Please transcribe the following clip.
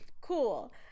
Cool